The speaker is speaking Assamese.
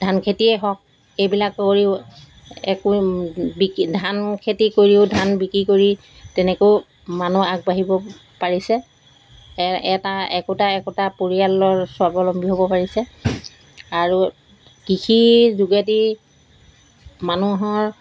ধান খেতিয়েই হওক এইবিলাক কৰিও একো বিকি ধান খেতি কৰিও ধান বিক্ৰী কৰি তেনেকৈও মানুহ আগবাঢ়িব পাৰিছে এ এটা একোটা একোটা পৰিয়ালৰ স্বাৱলম্বী হ'ব পাৰিছে আৰু কৃষিৰ যোগেদি মানুহৰ